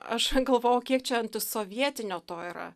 aš galvojau kiek čia antisovietinio to yra